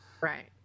Right